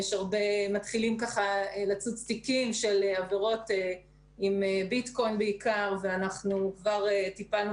מתחילים לצוץ תיקים שקשורים בביטקוין ואנחנו כבר טיפלנו